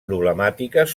problemàtiques